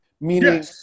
meaning